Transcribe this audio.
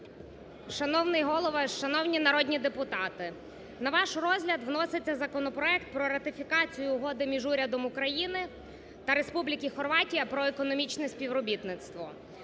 Шановний Голово, шановні народні депутати! На ваш розгляд вносить законопроект про ратифікацію Угоди між Урядом України та Республіки Хорватія про економічне співробітництво.